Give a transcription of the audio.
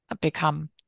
become